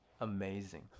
Amazing